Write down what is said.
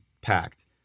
packed